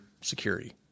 security